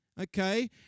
Okay